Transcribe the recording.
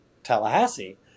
Tallahassee